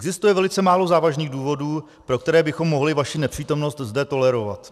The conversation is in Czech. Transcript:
Existuje velice málo závažných důvodů, pro které bychom mohli vaši nepřítomnost zde tolerovat.